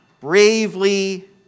bravely